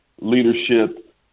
leadership